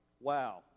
Wow